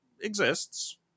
exists